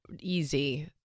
easy